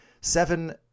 seven